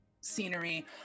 scenery